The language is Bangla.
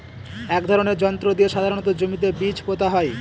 এক ধরনের যন্ত্র দিয়ে সাধারণত জমিতে বীজ পোতা হয়